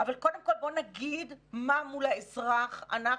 אבל קודם כול בוא נגיד מה מול האזרח אנחנו,